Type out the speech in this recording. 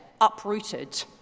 uprooted